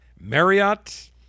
Marriott